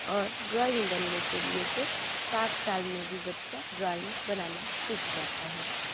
और ड्रॉइंग बनने के लिए तो पाँच साल में भी बच्चा ड्राइंग बनाना सीख जाता है